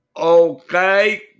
Okay